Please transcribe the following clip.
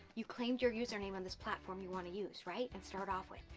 you claimed your user name on this platform you wanna use, right? and start off with.